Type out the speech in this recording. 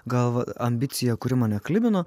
gal ambicija kuri mane klibino